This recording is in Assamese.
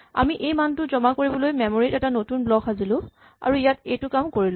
আমি এই মানটো জমা কৰিবলৈ মেমৰী ত এটা নতুন ব্লক সাজিলো আৰু ইয়াত এইটো কাম কৰিলো